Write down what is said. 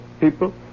people